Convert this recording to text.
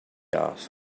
asked